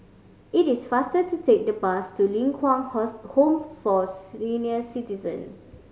it is faster to take the bus to Ling Kwang Home for Senior Citizen